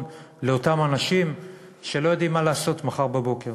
לאותם אנשים שלא יודעים מה לעשות מחר בבוקר.